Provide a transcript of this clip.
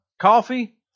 coffee